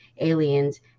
aliens